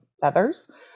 feathers